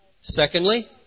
Secondly